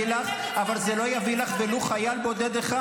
אבל זה לא יביא לך ולו חייל בודד אחד.